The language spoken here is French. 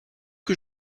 que